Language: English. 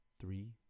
three